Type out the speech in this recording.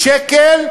שקל,